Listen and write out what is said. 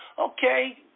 Okay